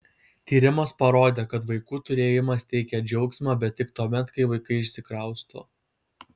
tyrimas parodė kad vaikų turėjimas teikią džiaugsmą bet tik tuomet kai vaikai išsikrausto